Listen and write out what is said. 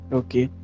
okay